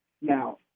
Now